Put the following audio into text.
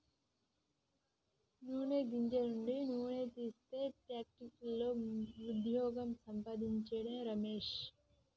నూనె గింజల నుండి నూనె తీసే ఫ్యాక్టరీలో వుద్యోగం సంపాందించిండు రమేష్